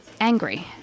angry